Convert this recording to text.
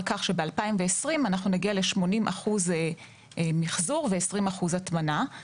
כך שב-2020 נגיע ל-80% מחזור ו-20% הטמנה.